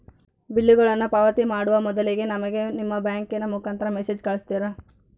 ಬಿಲ್ಲುಗಳನ್ನ ಪಾವತಿ ಮಾಡುವ ಮೊದಲಿಗೆ ನಮಗೆ ನಿಮ್ಮ ಬ್ಯಾಂಕಿನ ಮುಖಾಂತರ ಮೆಸೇಜ್ ಕಳಿಸ್ತಿರಾ?